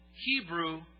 Hebrew